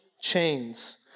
chains